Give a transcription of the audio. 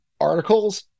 articles